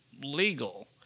legal